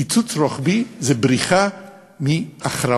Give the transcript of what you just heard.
קיצוץ רוחבי זה בריחה מהכרעות,